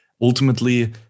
ultimately